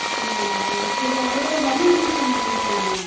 அப்படியா மேடம் சரி அதோடு ஒரு லெமன் ஜூஸ் ஒன்று கொண்டு வாங்க மேடம்